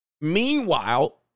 Meanwhile